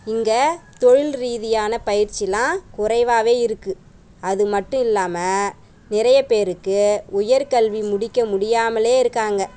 இங்கே தொழில் ரீதியான பயிற்சியெலாம் குறைவாகவே இருக்குது அது மட்டும் இல்லாமல் நிறைய பேருக்கு உயர்கல்வி முடிக்க முடியாமலே இருக்காங்க